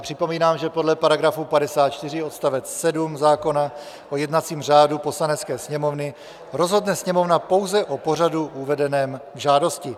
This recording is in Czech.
Připomínám, že podle § 54 odst. 7 zákona o jednacím řádu Poslanecké sněmovny rozhodne Sněmovna pouze o pořadu uvedeném v žádosti.